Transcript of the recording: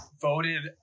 Voted